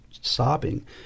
sobbing